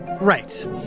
right